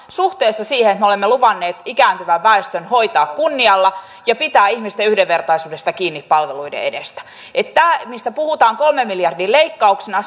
suhteessa siihen että me olemme luvanneet ikääntyvän väestön hoitaa kunnialla ja pitää kiinni ihmisten yhdenvertaisuudesta palveluiden edessä että tämä mistä puhutaan kolmen miljardin leikkauksena